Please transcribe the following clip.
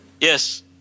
Yes